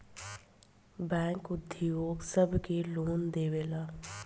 bank उद्योग सब के लोन देवेला